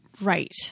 Right